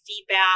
feedback